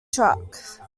truck